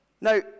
Now